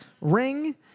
ring